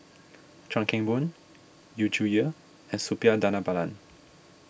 Chuan Keng Boon Yu Zhuye and Suppiah Dhanabalan